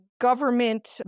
government